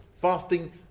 Fasting